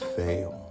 fail